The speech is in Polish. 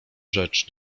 rzecz